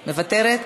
מוותרת.